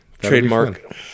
Trademark